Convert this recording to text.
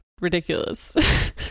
ridiculous